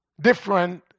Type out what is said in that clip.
different